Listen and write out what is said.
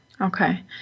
Okay